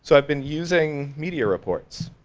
so i've been using media reports